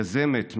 יזמת,